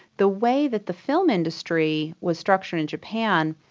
the way that the film industry was structured in japan,